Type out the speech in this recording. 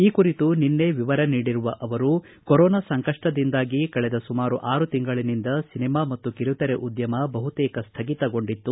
ಈ ಕುರಿತು ನಿನ್ನೆ ವಿವರ ನೀಡಿರುವ ಅವರು ಕೊರೊನಾ ಸಂಕಷ್ಷದಿಂದಾಗಿ ಕಳೆದ ಸುಮಾರು ಆರು ತಿಂಗಳಿನಿಂದ ಸಿನಿಮಾ ಮತ್ತು ಕಿರುತೆರೆ ಉದ್ದಮ ಬಹುತೇಕ ಸ್ಥಗಿತಗೊಂಡಿತ್ತು